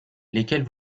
lesquels